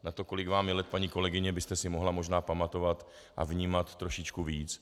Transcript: Na to, kolik je vám let, paní kolegyně, byste si mohla možná pamatovat a vnímat trošičku víc.